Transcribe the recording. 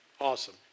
Awesome